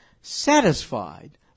satisfied